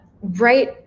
right